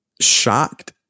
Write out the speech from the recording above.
shocked